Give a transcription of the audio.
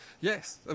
Yes